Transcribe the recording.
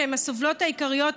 שהן הסובלות העיקריות,